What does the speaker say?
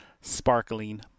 sparkling